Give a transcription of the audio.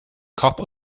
cup